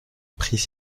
prix